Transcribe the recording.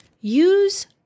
use